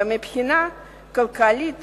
ושמבחינה כלכלית